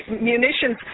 munitions